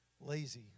lazy